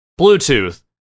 Bluetooth